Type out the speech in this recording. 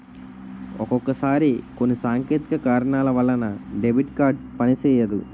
ఒక్కొక్కసారి కొన్ని సాంకేతిక కారణాల వలన డెబిట్ కార్డు పనిసెయ్యదు